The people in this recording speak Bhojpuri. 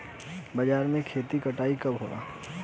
बजरा के खेती के कटाई कब होला?